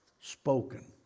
spoken